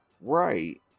right